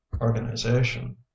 organization